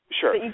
Sure